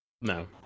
No